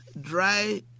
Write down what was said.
dry